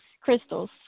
crystals